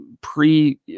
pre